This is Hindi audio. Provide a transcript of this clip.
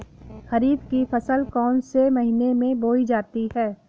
खरीफ की फसल कौन से महीने में बोई जाती है?